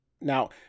Now